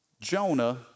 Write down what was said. Jonah